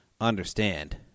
understand